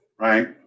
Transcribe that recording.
right